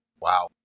Wow